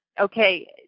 okay